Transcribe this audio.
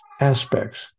aspects